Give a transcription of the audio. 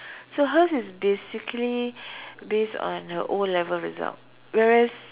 so hers is basically based on her O-level result whereas